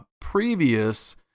previous